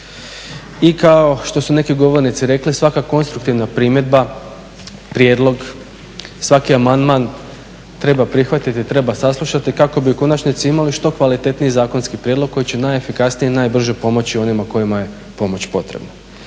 I kao što su neki govornici rekli, svaka konstruktivna primjedba, prijedlog, svaki amandman treba prihvatiti, treba saslušati kako bi u konačnici što kvalitetniji zakonski prijedlog koji će najefikasnije i najbrže pomoći onima kojima je pomoć potrebna.